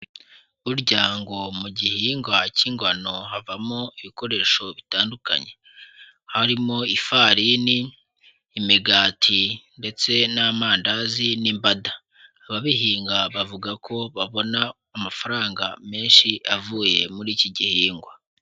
Burya ngo mu gihingwa cy'ingano havamo ibikoresho bitandukanye, harimo ifarini, imigati ndetse n'amandazi n'imbada, ababihinga bavuga ko babona amafaranga menshi avuye muri iki gihingwa.